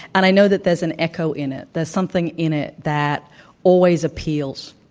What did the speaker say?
and i know that there's an echo in it. there's something in it that always appeals.